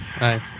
Nice